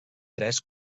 tres